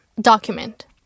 Document